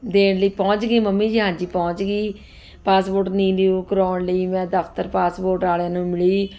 ਦੇਣ ਲਈ ਪਹੁੰਚ ਗਈ ਮੰਮੀ ਜੀ ਹਾਂਜੀ ਪਹੁੰਚ ਗਈ ਪਾਸਪੋਰਟ ਨੀਰਿਊ ਕਰਵਾਉਣ ਲਈ ਮੈਂ ਦਫ਼ਤਰ ਪਾਸਪੋਰਟ ਵਾਲਿਆਂ ਨੂੰ ਮਿਲੀ